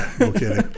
Okay